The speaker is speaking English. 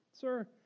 sir